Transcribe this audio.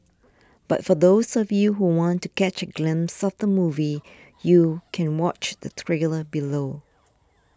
but for those of you who want to catch a glimpse of the movie you can watch the trailer below